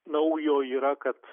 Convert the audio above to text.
naujo yra kad